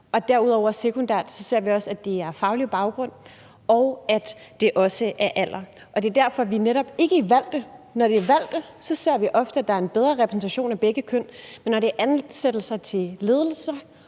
at det sekundært er på baggrund af faglig baggrund og også alder. Og det er derfor, at det netop ikke gælder valgte ledere. Når der er tale om valgte, ser vi ofte, at der er en bedre repræsentation af begge køn, men når det gælder ansættelser til ledelser